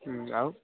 ହୁଁମ ଆଉ